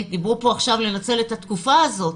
דיברו כאן עכשיו על ניצול התקופה הזאת,